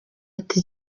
ati